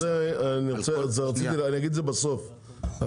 --- בעניין של הדבקת התוויות אני אדבר עליו בסוף,